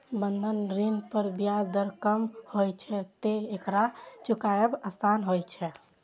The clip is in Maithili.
बंधक ऋण पर ब्याज दर कम होइ छैं, तें एकरा चुकायब आसान होइ छै